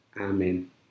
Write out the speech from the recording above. Amen